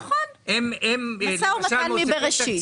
נכון, משא ומתן מבראשית.